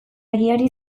egiari